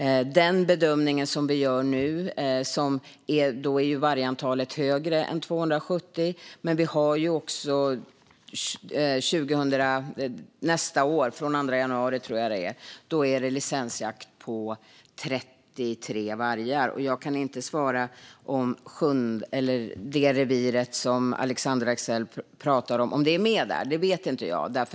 Vi bedömer att vargantalet just nu är högre än 270, men den 2 januari nästa år startar licensjakt på 33 vargar. Jag kan inte svara på om det revir som Alexandra Anstrell talar om finns med i detta, för det vet jag inte.